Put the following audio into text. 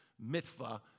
mitzvah